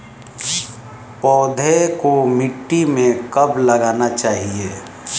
पौधे को मिट्टी में कब लगाना चाहिए?